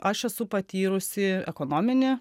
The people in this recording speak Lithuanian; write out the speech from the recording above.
aš esu patyrusi ekonominį